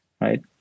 right